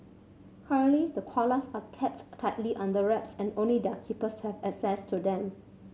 currently the koalas are tightly under wraps and only their keepers have access to them